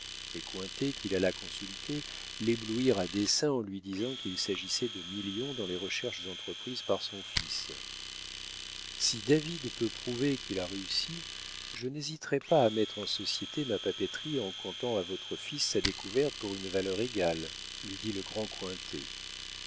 cointet qu'il alla consulter l'éblouirent à dessein en lui disant qu'il s'agissait de millions dans les recherches entreprises par son fils si david peut prouver qu'il a réussi je n'hésiterai pas à mettre en société ma papeterie en comptant à votre fils sa découverte pour une valeur égale lui dit le grand cointet